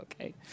okay